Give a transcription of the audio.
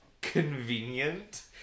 convenient